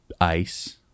Ice